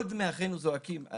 כל דמי אחינו זועקים.